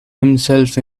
himself